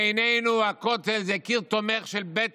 בעינינו הכותל זה קיר תומך של בית